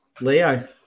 Leo